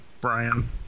Brian